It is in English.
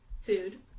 food